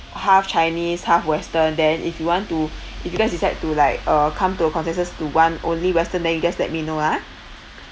half chinese half western then if you want to if you guys decide to like uh come to a consensus to one only western then you guys let me know ah